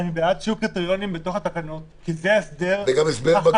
אני בעד שיהיו קריטריונים בתוך התקנות כי זה ההסדר החקיקתי.